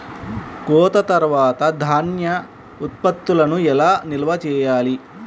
కోత తర్వాత ధాన్య ఉత్పత్తులను ఎలా నిల్వ చేయాలి?